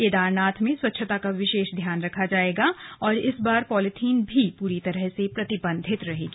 केदारनाथ में स्वच्छता का विशेष ध्यान रखा जाएगा और इस बार पॉलीथीन भी पूरी तरह से प्रतिबंधित रहेगी